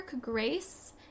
Grace